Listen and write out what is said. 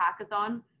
hackathon